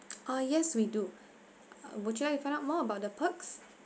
uh yes we do uh would you like to find out more about the perks